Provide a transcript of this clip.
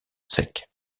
sec